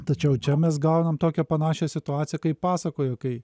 tačiau čia mes gaunam tokią panašią situaciją kaip pasakojo kai